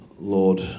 Lord